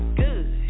good